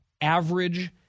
average